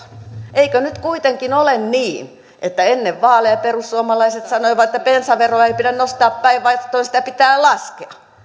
eikö nyt kuitenkin ole niin että ennen vaaleja perussuomalaiset sanoivat että bensaveroa ei pidä nostaa päinvastoin sitä pitää laskea